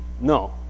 No